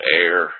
air